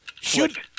shoot